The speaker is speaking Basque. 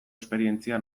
esperientzia